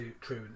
true